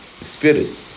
spirit